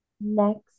next